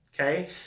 Okay